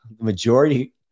majority